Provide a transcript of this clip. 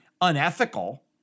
unethical